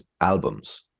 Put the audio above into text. albums